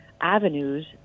avenues